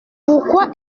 pourquoi